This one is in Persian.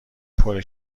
پره